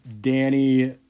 Danny